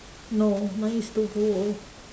no mine is two full